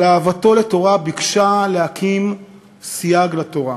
אבל אהבתו לתורה ביקשה להקים "סייג לתורה".